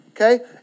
okay